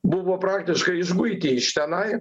buvo praktiškai išguiti iš tenai